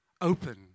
open